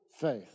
faith